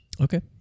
Okay